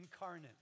incarnate